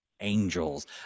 angels